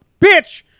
bitch